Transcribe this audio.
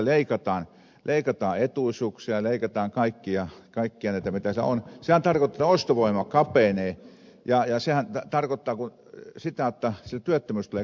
nimittäin kun etuisuuksia leikataan leikataan kaikkea mitä siellä on sehän tarkoittaa että ostovoima kapenee ja sehän tarkoittaa sitä jotta työttömyys tulee kasvamaan